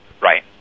Right